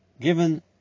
given